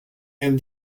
and